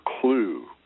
clue